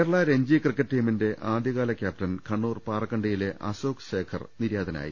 Kerala Ranji cricket ടീമിന്റെ ആദ്യകാല captain Kannur പാറക്കണ്ടിയിലെ അശോക് ശേഖർ നിര്യാതനായി